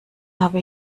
habe